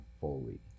fully